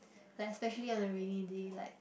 like especially on a rainy day like